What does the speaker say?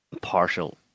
partial